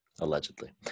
Allegedly